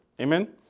Amen